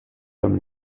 comme